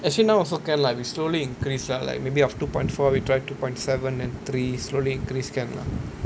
actually now also can lah we slowly increase like maybe after two point four we try two point seven then three slowly increase can lah